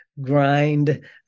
grind